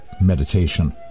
meditation